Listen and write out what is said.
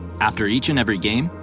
after each and every game,